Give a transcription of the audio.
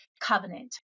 covenant